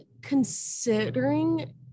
considering